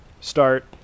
start